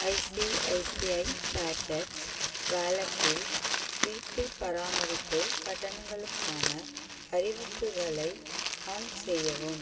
ICICI pockets வாலெட்டில் வீட்டுப் பராமரிப்பு கட்டணங்களுக்கான அறிவிப்புகளை ஆன் செய்யவும்